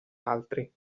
altri